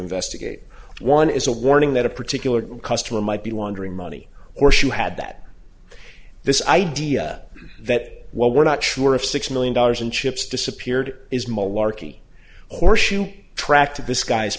investigate one is a warning that a particular customer might be wondering money or she had that this idea that well we're not sure if six million dollars in chips disappeared is malarkey or should track to this gu